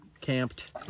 camped